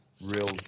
real